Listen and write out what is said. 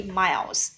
miles